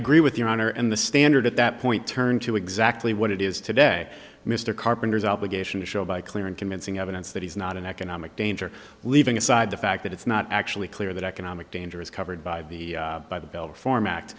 agree with your honor and the standard at that point turn to exactly what it is today mr carpenter's obligation to show by clear and convincing evidence that he's not an economic danger leaving aside the fact that it's not actually clear that economic danger is covered by the by the bill reform